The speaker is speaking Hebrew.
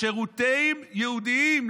לשירותים יהודיים,